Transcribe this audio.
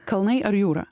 kalnai ar jūra